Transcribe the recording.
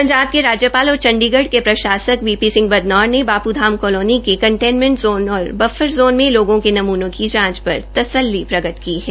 पंजाब के राज्यपाल और चंडीगढ़ के प्रशासक वी पी सिंह बदनौर ने बापू धाम कालोनी के कंटेनमेंट जोन और बफर जोन में लोगों के नमूनों की जांच पर तस्लली प्रकट की है